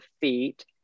feet